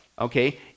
okay